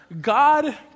God